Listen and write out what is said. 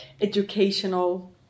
educational